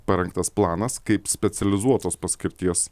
parengtas planas kaip specializuotos paskirties